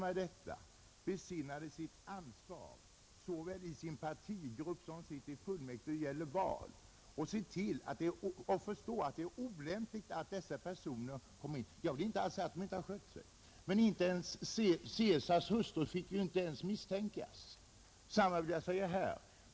De borde besinna sitt ansvar såväl i sin partigrupp som vid valen i fullmäktige och inse att det är olämpligt att vissa personer blir valda. Jag vill inte alls därmed säga att någon har misskött sig, men Caesars hustru fick ju inte ens misstänkas, och detsamma gäller här.